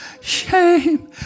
shame